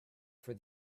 for